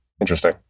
Interesting